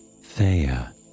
Thea